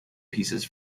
pieces